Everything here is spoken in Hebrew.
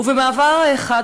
ובמעבר חד,